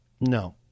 no